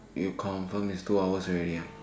you confirm is two hours already ah